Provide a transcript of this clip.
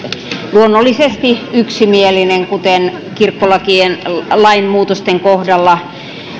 luonnollisesti yksimielinen kuten kirkkolakien lainmuutosten kohdalla